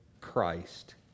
Christ